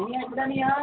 అన్నయా ఎక్కడ అన్నయా